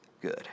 good